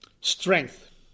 Strength